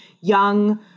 young